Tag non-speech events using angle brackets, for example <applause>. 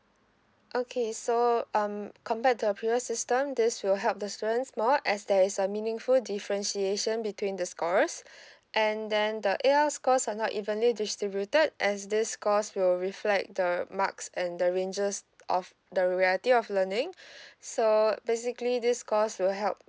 okay so um compared to the previous system this will help the students more as there is a meaningful differentiation between the scorers <breath> and then the A_L scores are not evenly distributed as this course will reflect the marks and the ranges of the re~ reality of learning <breath> so basically this course will help